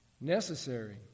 necessary